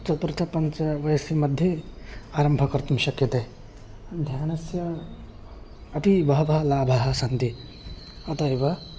चतुर्थे पञ्चमे वयसि मध्ये आरम्भः कर्तुं शक्यते ध्यानस्य अपि बहवः लाभाः सन्ति अतः एव